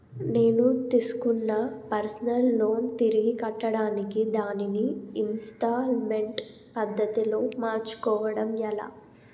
నేను తిస్కున్న personal loan తిరిగి కట్టడానికి దానిని ఇంస్తాల్మేంట్ పద్ధతి లో మార్చుకోవడం ఎలా?